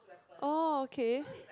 orh okay